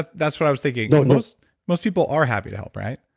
that's what i was thinking. most most people are happy to help, right?